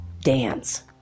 dance